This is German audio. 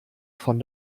von